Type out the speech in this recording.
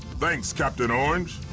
thanks, captain orange.